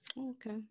okay